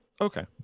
okay